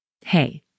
Hey